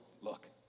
look